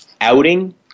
outing